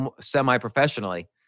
semi-professionally